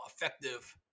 effective